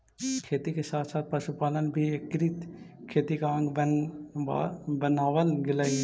खेती के साथ साथ पशुपालन भी एकीकृत खेती का अंग बनवाल गेलइ हे